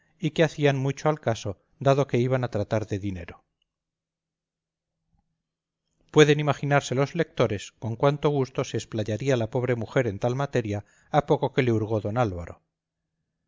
y que hacían mucho al caso dado que iban a tratar de dinero pueden imaginarse los lectores con cuánto gusto se explayaría la pobre mujer en tal materia a poco que le hurgó d álvaro